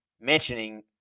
mentioning